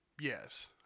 yes